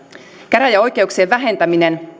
käräjäoikeuksien vähentäminen